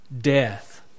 death